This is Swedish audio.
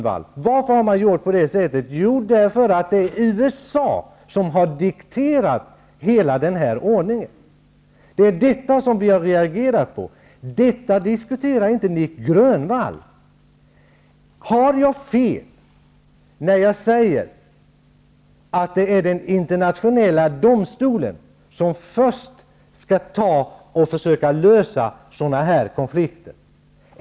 Varför har man gjort på det sättet, Nic Grönvall? Jo, därför att det är USA som har dikterat hela denna ordning. Det är detta som vi har reagerat mot. Detta diskuterar inte Nic Grönvall. Har jag fel när jag säger att det är Internationella domstolen som först skall försöka lösa sådana här konflikter?